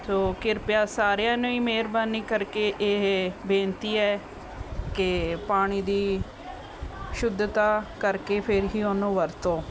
ਸੋ ਕਿਰਪਾ ਸਾਰਿਆਂ ਨੂੰ ਹੀ ਮਿਹਰਬਾਨੀ ਕਰਕੇ ਇਹ ਬੇਨਤੀ ਹੈ ਕਿ ਪਾਣੀ ਦੀ ਸ਼ੁੱਧਤਾ ਕਰਕੇ ਫਿਰ ਹੀ ਉਹਨੂੰ ਵਰਤੋ